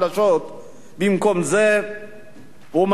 במקום זה הוא מטיל עליהן גזירות,